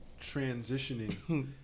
transitioning